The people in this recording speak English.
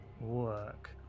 work